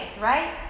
right